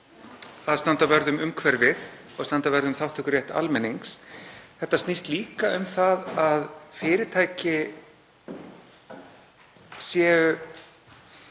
að standa vörð um umhverfið og standa vörð um þátttökurétt almennings, þetta snýst líka um það að fyrirtæki